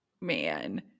Man